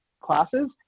classes